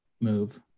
move